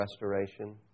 restoration